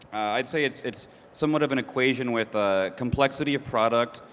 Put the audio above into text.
i'd say it's it's somewhat of an equation with a complexity of product,